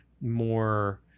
more